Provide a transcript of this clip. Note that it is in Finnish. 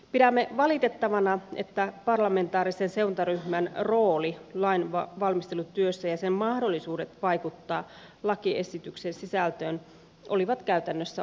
pidämme valitettavana että parlamentaarisen seurantaryhmän rooli lain valmistelutyössä ja sen mahdollisuudet vaikuttaa lakiesityksen sisältöön olivat käytännössä olemattomia